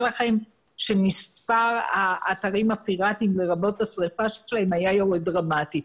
לכם שמספר האתרים הפירטיים לרבות השריפה שלהם היה יורד דרמטית.